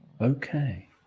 okay